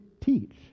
teach